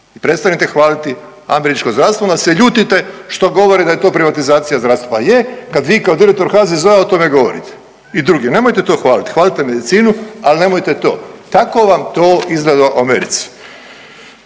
i prestanite hvaliti američko zdravstvo i onda se ljutite što govori da je to privatizacija zdravstva, pa je kad vi kao direktor HZZO-a o tome govorite i drugi, nemojte to hvaliti, hvalite medicinu, al nemojte to, tako vam to izgleda u Americi.